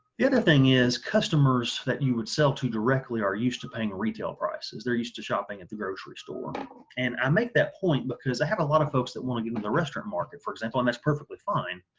the other thing is customers that you would sell to directly are used to paying retail prices they're used to shopping at the grocery store and i make that point because i have a lot of folks that want to get into um the restaurant market for example, and that's perfectly fine,